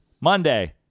Monday